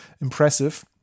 impressive